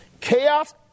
Chaos